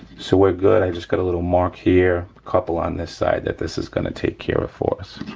so we're good, i just got a little mark here, couple on this side that this is gonna take care of for us.